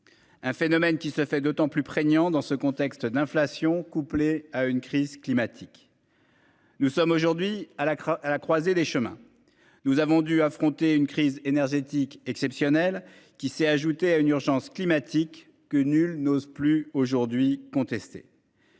Un phénomène qui se fait d'autant plus prégnant dans ce contexte d'inflation couplée à une crise climatique. Nous sommes aujourd'hui à la, à la croisée des chemins. Nous avons dû affronter une crise énergétique exceptionnel qui s'est ajoutée à une urgence climatique que nul n'ose plus aujourd'hui contestée.